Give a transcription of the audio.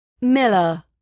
Miller